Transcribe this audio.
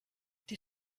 die